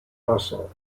hustle